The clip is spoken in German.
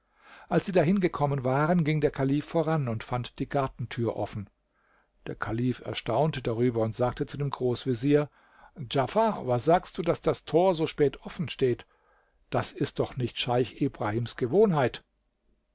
als sie dahin gekommen waren ging der kalif voran und fand die gartentür offen der kalif erstaunte darüber und sagte zu dem großvezier djafar was sagst du daß das tor so spät offen steht das ist doch nicht scheich ibrahims gewohnheit